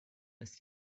ist